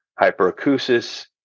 hyperacusis